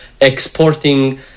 exporting